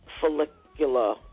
follicular